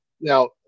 now